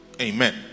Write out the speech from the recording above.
Amen